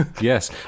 Yes